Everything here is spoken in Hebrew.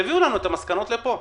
את המסקנות לפה.